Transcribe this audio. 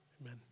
amen